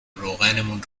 روغنمون